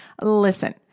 listen